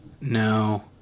No